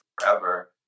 forever